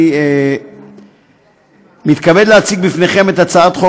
אני מתכבד להציג בפניכם את הצעת חוק